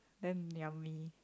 then yummy